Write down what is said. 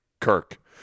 Kirk